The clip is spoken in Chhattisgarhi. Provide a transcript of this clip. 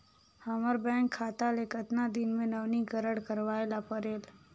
हमर बैंक खाता ले कतना दिन मे नवीनीकरण करवाय ला परेल?